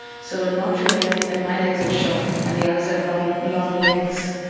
so not realising that my legs were shot and the others had long long legs,